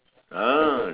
ah